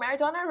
Maradona